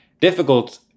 difficult